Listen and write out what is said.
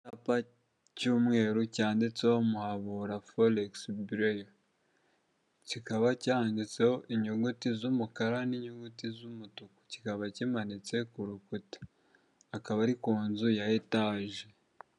Icyapa cy'umweru cyanditseho Muhabura foregisi biro, kikaba cyanditseho inyuguti z'umukara n'inyuguti z'umutuku, kikaba kimanitse ku rukuta, akaba ari ku nzu ya etaje.